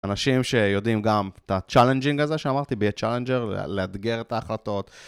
אנשים שיודעים גם את ה-challenging הזה שאמרתי, להיות challenger, לאתגר את ההחלטות.